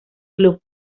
club